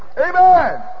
Amen